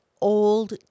old